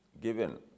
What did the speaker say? given